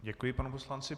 Děkuji panu poslanci.